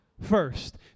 first